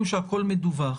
לא אפוטרופוס,